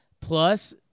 Plus